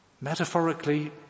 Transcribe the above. metaphorically